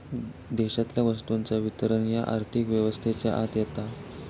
देशातल्या वस्तूंचा वितरण ह्या आर्थिक व्यवस्थेच्या आत येता